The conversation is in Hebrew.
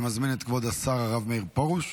אני מזמין את כבוד השר, הרב מאיר פרוש,